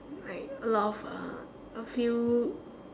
like a lot of uh a few